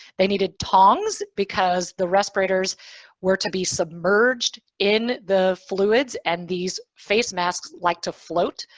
they needed tongs because the respirators were to be submerged in the fluids and these face masks like to float,